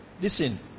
Listen